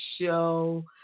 show